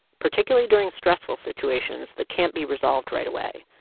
particularly during stressful situations that can't be resolved right away,